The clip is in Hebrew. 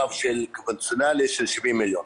קו קונבנציונלי של 70 מיליון.